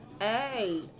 Hey